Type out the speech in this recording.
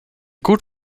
gut